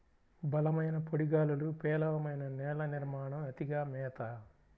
బలమైన పొడి గాలులు, పేలవమైన నేల నిర్మాణం, అతిగా మేత